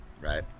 right